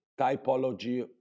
typology